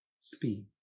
speed